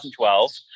2012